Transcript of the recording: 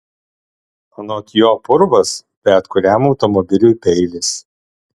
anot jo purvas bet kuriam automobiliui peilis